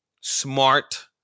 smart